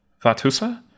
Vatusa